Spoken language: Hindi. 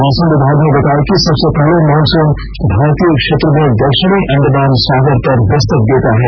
मौसम विभाग ने बताया है कि सबसे पहले मॉनसुन भारतीय क्षेत्र में दक्षिणी अंडमान सागर पर दस्तक देता है